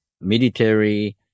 military